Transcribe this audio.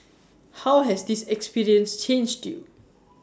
how has this experiences changed you